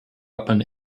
upon